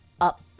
up